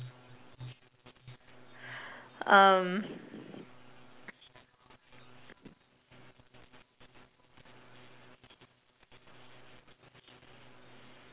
um